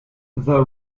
the